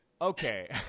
okay